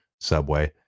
subway